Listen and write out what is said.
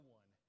one